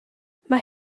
mae